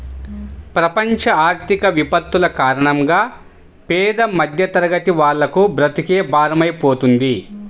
ప్రపంచ ఆర్థిక విపత్తుల కారణంగా పేద మధ్యతరగతి వాళ్లకు బ్రతుకే భారమైపోతుంది